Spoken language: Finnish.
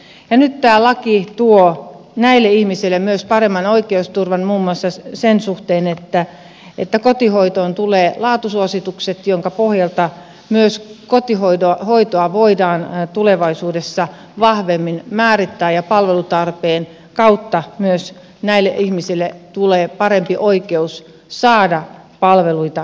nyt tämä laki tuo myös näille ihmisille paremman oikeusturvan muun muassa sen suhteen että kotihoitoon tulee laatusuositukset joiden pohjalta myös kotihoitoa voidaan tulevaisuudessa vahvemmin määrittää ja palvelutarpeen kautta myös näille ihmisille tulee parempi oikeus saada palveluita kotiin